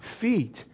feet